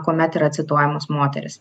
kuomet yra cituojamos moterys